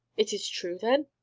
it is true, then?